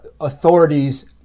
authorities